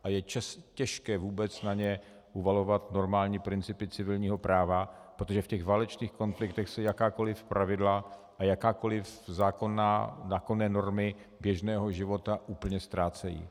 A je těžké vůbec na ně uvalovat normální principy civilního práva, protože v těch válečných konfliktech se jakákoliv pravidla a jakákoliv zákonné normy běžného života úplně ztrácejí.